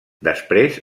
després